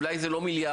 אולי זה לא מיליארד,